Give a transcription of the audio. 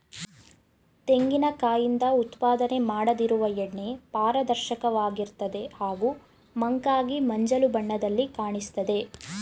ತೆಂಗಿನ ಕಾಯಿಂದ ಉತ್ಪಾದನೆ ಮಾಡದಿರುವ ಎಣ್ಣೆ ಪಾರದರ್ಶಕವಾಗಿರ್ತದೆ ಹಾಗೂ ಮಂಕಾಗಿ ಮಂಜಲು ಬಣ್ಣದಲ್ಲಿ ಕಾಣಿಸ್ತದೆ